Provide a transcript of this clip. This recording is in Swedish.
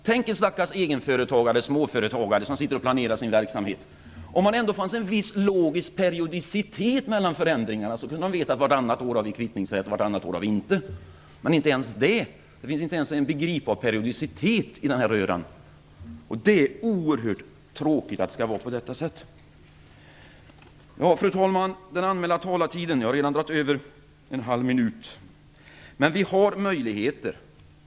Tänk er en stackars egenföretagare, en småföretagare, som skall planera sin verksamhet. Om det ändå fanns en viss logisk periodicitet i förändringarna, så kunde man veta att kvittningsrätten gäller t.ex. vartannat år. Inte ens det finns. Det finns inte ens någon begriplig periodicitet i denna röra. Det är tråkigt att det skall vara på det sättet. Fru talman! Jag har redan dragit över min anmälda taletid med en halv minut. Jag vill säga att vi har möjligheter.